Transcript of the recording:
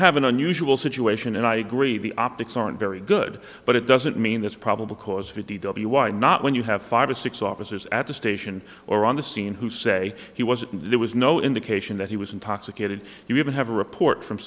have an unusual situation and i agree the optics aren't very good but it doesn't mean that's probable cause fifty w why not when you have five or six officers at the station or on the scene who say he wasn't there was no indication that he was intoxicated you even have a report from